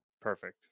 Perfect